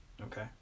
Okay